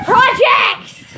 Projects